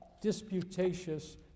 disputatious